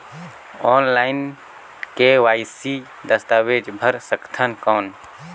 Online KYC दस्तावेज भर सकथन कौन?